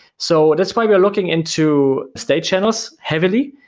so despite looking into state channels heavily,